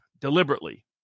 deliberately